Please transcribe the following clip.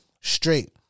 Straight